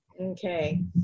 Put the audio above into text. okay